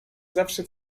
zawsze